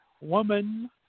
woman